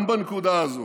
גם בנקודה הזו